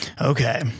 okay